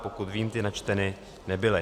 Pokud vím, ty načteny nebyly.